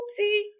oopsie